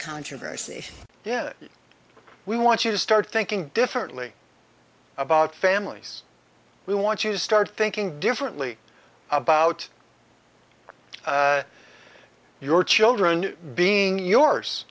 controversy yeah we want you to start thinking differently about families we want you to start thinking differently about your children being yours